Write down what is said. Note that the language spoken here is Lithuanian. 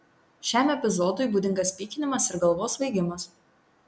šiam epizodui būdingas pykinimas ir galvos svaigimas